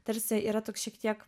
tarsi yra toks šiek tiek